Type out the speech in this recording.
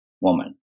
woman